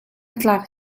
tlak